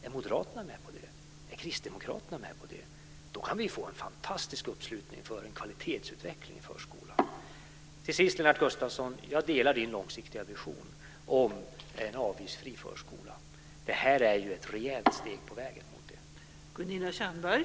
Är Moderaterna och Kristdemokraterna med på det, då kan vi få en fantastisk uppslutning för en kvalitetsutveckling i förskolan. Till sist: Jag instämmer i Lennart Gustavssons långsiktiga vision om en avgiftsfri förskola. Det här är ett rejält steg på vägen mot det.